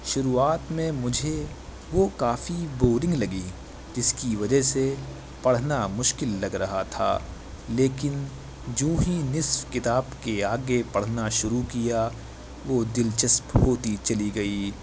شروعات میں مجھے وہ کافی بورنگ لگی جس کی وجہ سے پڑھنا مشکل لگ رہا تھا لیکن جونہی نصف کتاب کے آگے پڑھنا شروع کیا وہ دلچسپ ہوتی چلی گئی